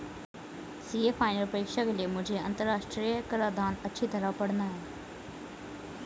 CA final परीक्षा के लिए मुझे अंतरराष्ट्रीय कराधान अच्छी तरह पड़ना है